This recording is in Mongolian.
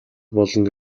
болно